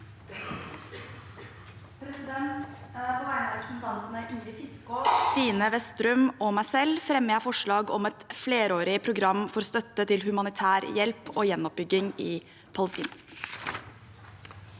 På veg- ne av representantene Ingrid Fiskaa, Stine Westrum og meg selv fremmer jeg forslag om et flerårig program for støtte til humanitær hjelp og gjenoppbygging i Palestina.